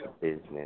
business